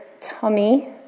tummy